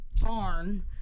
barn